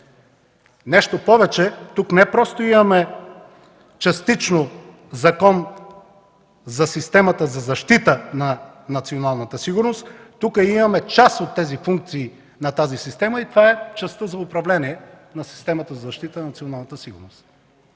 Нещо повече. Тук не просто имаме частично закон за системата за защита на националната сигурност, тук имаме част от функциите на тази система и това е частта за управление на системата за защита на националната сигурност.